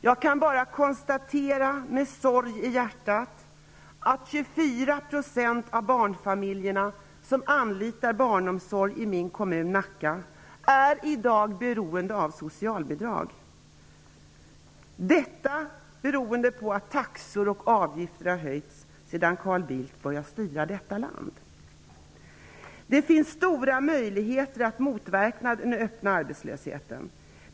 Jag kan bara med sorg i hjärtat konstatera att 24 % av de barnfamiljer som anlitar barnomsorg i min kommun Nacka i dag är beroende av socialbidrag. Detta beror på att taxor och avgifter har höjts sedan Carl Bildt började styra detta land. Det finns stora möjligheter att motverka den öppna arbetslösheten.